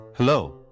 Hello